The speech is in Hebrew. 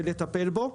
ולטפל בו.